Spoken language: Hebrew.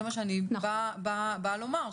זה מה שאני באה לומר,